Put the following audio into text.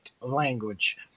language